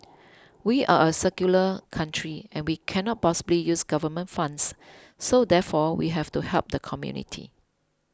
we are a secular country and we cannot possibly use government funds so therefore we have to help the community